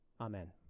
Amen